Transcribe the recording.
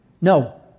No